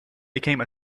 became